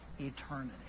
eternity